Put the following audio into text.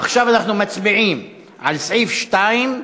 עכשיו אנחנו מצביעים על סעיף 2,